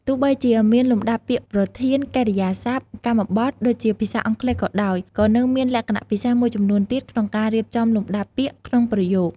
ទោះបីជាមានលំដាប់ពាក្យប្រធាន កិរិយាសព្ទ កម្មបទ ដូចភាសាអង់គ្លេសក៏ដោយ ក៏នៅមានលក្ខណៈពិសេសមួយចំនួនទៀតក្នុងការរៀបចំលំដាប់ពាក្យក្នុងប្រយោគ។